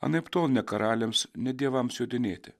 anaiptol ne karaliams ne dievams jodinėti